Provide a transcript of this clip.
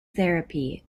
therapy